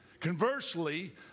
Conversely